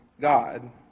God